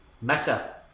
Meta